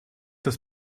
das